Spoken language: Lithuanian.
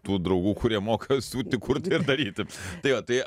tų draugų kurie moka siūti kurti ir daryti tai jo tai